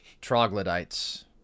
Troglodytes